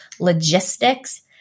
logistics